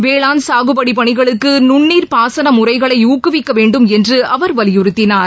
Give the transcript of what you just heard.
வேளாண் சாகுபடி பணிகளுக்கு நுண்ணீர் பாசன முறைகளை ஊக்கவிக்க வேண்டும் என்று அவர் வலியுறுத்தினார்